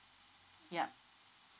yup